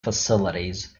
facilities